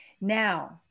Now